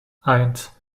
eins